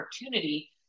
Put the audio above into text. opportunity